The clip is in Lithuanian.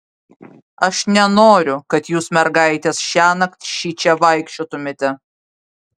aš nenoriu kad jūs mergaitės šiąnakt šičia vaikščiotumėte